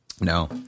No